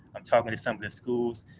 i'm talking to some of the schools,